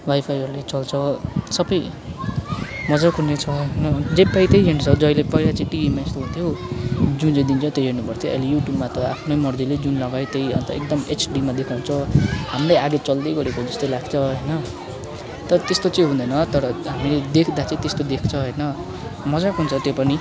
वाइफाईहरूले चल्छ सबै मज्जाको नै छ होइन जे पायो त्यही हेर्नुसक्छ जहिले पहिला चाहिँ टिभीमा यस्तो हुन्थ्यो जुन चाहिँ दिन्छ त्यही चाहिँ हेर्नु पर्थ्यो अहिले युट्युबमा त आफ्नै मर्जीले जुन लगायो त्यही अन्त एकदम एचडीमा देखाउँछ हाम्रै आगे चल्दै गरेको जस्तै लाग्छ होइन तर त्यस्तो चाहिँ हुँदैन तर हामीले देख्दा चाहिँ त्यस्तो देख्छ होइन मज्जाको हुन्छ त्यो पनि